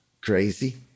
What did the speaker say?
crazy